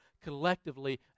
collectively